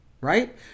Right